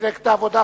ממפלגת העבודה,